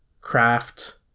craft